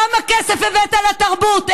כמה כסף הבאת לתרבות?